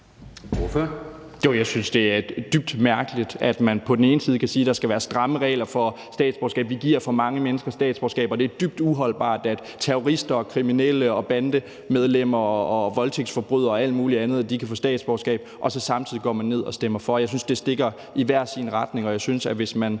jeg synes, det er dybt mærkeligt, at man på den ene side kan sige, at der skal være stramme regler for statsborgerskab, at vi giver for mange mennesker statsborgerskab, og at det er dybt uholdbart, at terrorister, kriminelle, bandemedlemmer, voldtægtsforbrydere og alle mulige andre kan få statsborgerskab, og at man så samtidig går ned og stemmer for. Jeg synes, det stikker i hver sin retning, og jeg synes, at hvis man